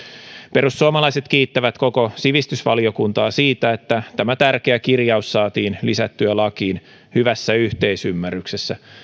perussuomalaiset kiittävät koko sivistysvaliokuntaa siitä että tämä tärkeä kirjaus saatiin lisättyä lakiin hyvässä yhteisymmärryksessä